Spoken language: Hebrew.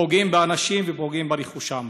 פוגעים באנשים ופוגעים ברכושם,